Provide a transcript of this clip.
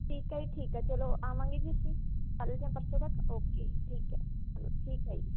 ਠੀਕ ਹੈ ਜੀ ਠੀਕ ਹੈ ਚਲੋ ਆਵਾਂਗੇ ਜੀ ਅਸੀਂ ਕੱਲ੍ਹ ਜਾਂ ਪਰਸੋਂ ਤੱਕ ਓਕੇ ਠੀਕ ਹੈ ਚਲੋ ਠੀਕ ਹੈ ਜੀ